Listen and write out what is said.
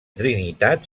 trinitat